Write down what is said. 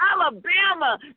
Alabama